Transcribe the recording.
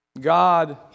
God